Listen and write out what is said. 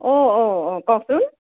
অঁ অঁ অঁ কওকচোন